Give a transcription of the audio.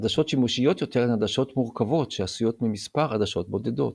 עדשות שימושיות יותר הן עדשות מורכבות שעשויות ממספר עדשות בודדות.